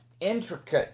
intricate